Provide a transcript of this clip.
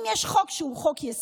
אם יש חוק שהוא חוק-יסוד,